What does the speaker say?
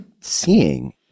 seeing